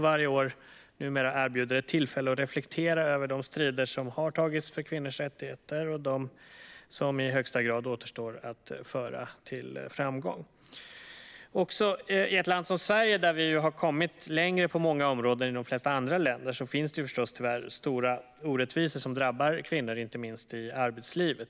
Varje år erbjuder denna dag ett tillfälle att reflektera över de strider som har tagits för kvinnors rättigheter och de som i högsta grad återstår att föra till framgång. Också i ett land som Sverige, där vi har kommit längre på många områden än i de flesta andra länder, finns det förstås tyvärr stora orättvisor som drabbar kvinnor, inte minst i arbetslivet.